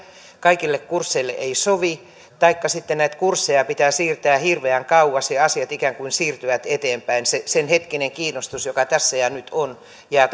kaikille kursseille ei sovi taikka sitten näitä kursseja pitää siirtää hirveän kauas ja ja asiat ikään kuin siirtyvät eteenpäin senhetkinen kiinnostus joka tässä ja nyt on jää